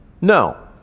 No